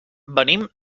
venim